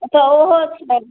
तऽ ओहो छै